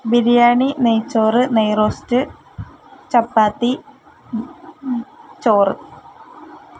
ബിരിയാണി നെയ്ച്ചോറ് നെയ്റോസ്റ്റ് ചപ്പാത്തി ചോറ്